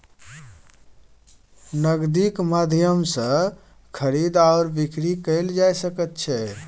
नगदीक माध्यम सँ खरीद आओर बिकरी कैल जा सकैत छै